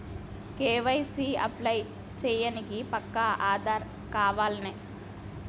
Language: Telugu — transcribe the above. కే.వై.సీ అప్లై చేయనీకి పక్కా ఆధార్ కావాల్నా?